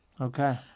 Okay